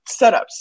setups